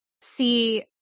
see